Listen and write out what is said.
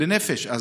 לנפש.